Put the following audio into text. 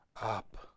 up